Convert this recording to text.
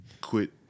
quit